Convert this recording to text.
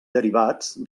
derivats